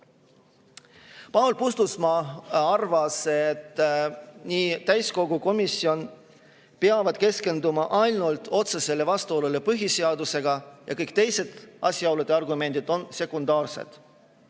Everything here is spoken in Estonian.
Paul Puustusmaa arvas, et nii täiskogu kui ka komisjon peavad keskenduma ainult otsesele vastuolule põhiseadusega ning kõik teised asjaolud ja argumendid on sekundaarsed.